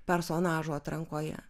personažų atrankoje